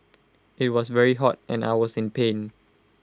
IT was very hot and I was in pain